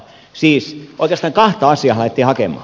siis oikeastaan kahta asiaa lähdettiin hakemaan